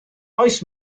oes